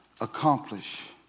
accomplish